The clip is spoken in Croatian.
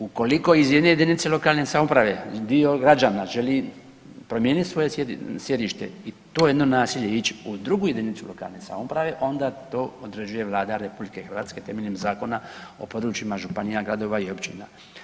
Ukoliko iz jedinice lokalne samouprave dio građana želi promijeniti svoje sjedište, i to je jedno naselje ići u drugu jedinicu lokalne samouprave onda to određuje Vlada RH temeljem Zakona o područjima županija, gradova i općina.